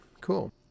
Cool